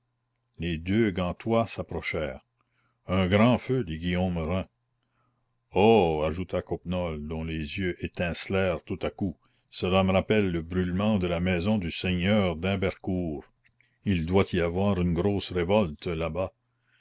les deux gantois s'approchèrent un grand feu dit guillaume rym oh ajouta coppenole dont les yeux étincelèrent tout à coup cela me rappelle le brûlement de la maison du seigneur d'hymbercourt il doit y avoir une grosse révolte là-bas